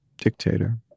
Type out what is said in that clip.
dictator